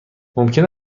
ممکن